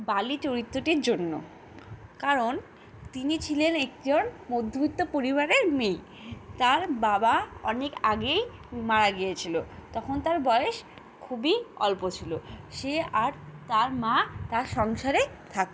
বালি চরিত্রটির জন্য কারণ তিনি ছিলেন একজন মধ্যবিত্ত পরিবারের মেয়ে তার বাবা অনেক আগেই মারা গিয়েছিলো তখন তার বয়েস খুবই অল্প ছিলো সে আর তার মা তার সংসারে থাকতো